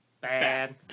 bad